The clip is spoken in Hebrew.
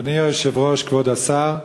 אדוני היושב-ראש, כבוד השר,